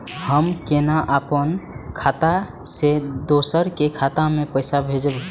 हम केना अपन खाता से दोसर के खाता में पैसा भेजब?